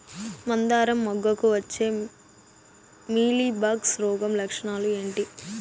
మందారం మొగ్గకు వచ్చే మీలీ బగ్స్ రోగం లక్షణాలు ఏంటి?